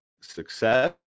success